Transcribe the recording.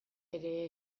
ere